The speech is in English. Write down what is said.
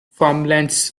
farmlands